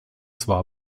zwar